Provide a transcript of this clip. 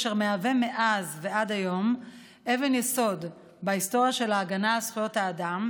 אשר מהווה מאז ועד היום אבן יסוד בהיסטוריה של ההגנה על זכויות האדם,